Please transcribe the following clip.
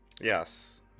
Yes